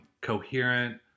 coherent